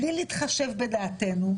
בלי להתחשב בדעתנו.